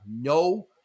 no